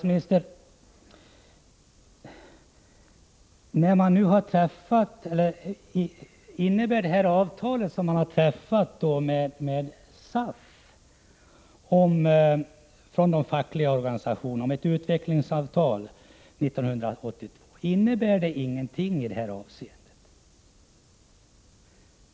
Men, herr finansminister, innebär det utvecklingsavtal som de fackliga organisationerna träffat med SAF ingenting i det här avseendet?